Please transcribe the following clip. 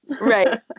Right